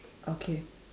okay